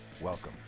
welcome